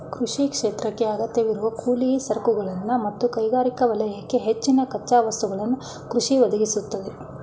ಕೃಷಿ ಕ್ಷೇತ್ರಕ್ಕೇ ಅಗತ್ಯವಿರುವ ಕೂಲಿ ಸರಕುಗಳನ್ನು ಮತ್ತು ಕೈಗಾರಿಕಾ ವಲಯಕ್ಕೆ ಹೆಚ್ಚಿನ ಕಚ್ಚಾ ವಸ್ತುಗಳನ್ನು ಕೃಷಿ ಒದಗಿಸ್ತದೆ